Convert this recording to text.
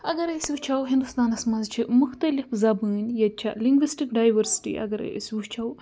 اَگَر أسۍ وٕچھو ہِندُستانَس منٛز چھِ مُختلِف زَبٲنۍ ییٚتہِ چھِ لِنٛگوِسٹِک ڈایوَرسِٹی اَگَرے أسۍ وٕچھو